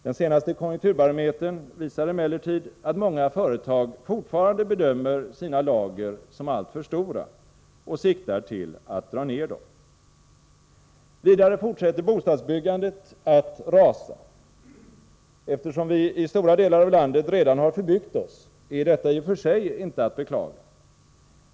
Den senaste konjunkturbarometern visar emellertid att många företag fortfarande bedömer sina lager som alltför stora och siktar till att dra ner dem. Vidare fortsätter bostadsbyggandet att rasa. Eftersom vi i stora delar av landet redan har förbyggt oss, är detta i och för sig inte att beklaga.